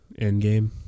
Endgame